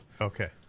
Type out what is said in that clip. Okay